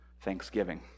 thanksgiving